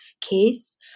case